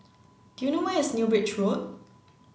do you know where is New Bridge Road